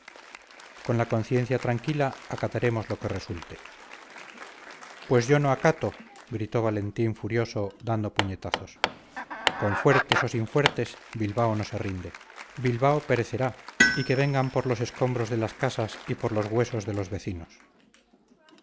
con la conciencia tranquila acataremos lo que resulte pues yo no acato gritó valentín furioso dando puñetazos con fuertes o sin fuertes bilbao no se rinde bilbao perecerá y que vengan por los escombros de las casas y por los huesos de los vecinos